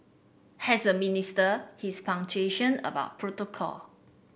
as a minister he's about protocol